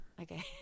Okay